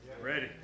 Ready